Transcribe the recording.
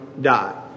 die